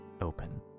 open